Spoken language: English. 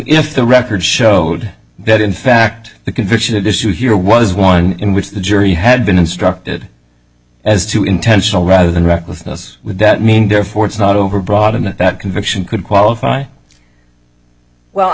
if the record showed that in fact the conviction here was one in which the jury had been instructed as to intentional rather than recklessness would that mean therefore it's not overbroad in that that conviction could qualify well i